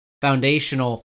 foundational